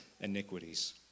iniquities